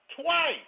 Twice